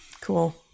cool